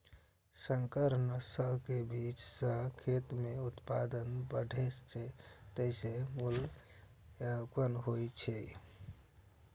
संकर नस्ल के बीज सं खेत मे उत्पादन बढ़ै छै, तें ई मूल्यवान होइ छै